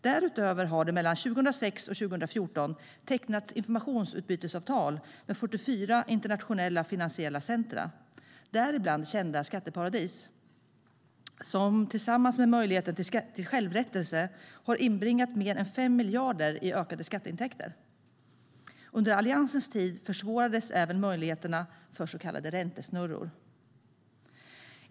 Därutöver har det mellan 2006 och 2014 tecknats informationsutbytesavtal med 44 internationella finansiella centrum, däribland kända skatteparadis, vilket tillsammans med möjligheten till självrättelse har inbringat mer än 5 miljarder i ökade skatteintäkter. Under Alliansens tid försvårades även möjligheterna för så kallade räntesnurror.